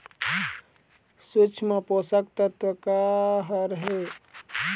सूक्ष्म पोषक तत्व का हर हे?